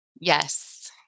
Yes